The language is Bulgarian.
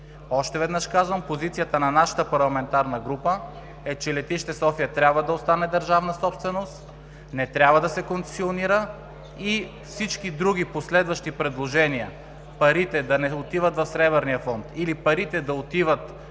Още веднъж казвам, позицията на нашата парламентарна група е, че Летище София трябва да остане държавна собственост, не трябва да се концесионира и всички други последващи предложения – парите да не отиват в Сребърния фонд или парите да отиват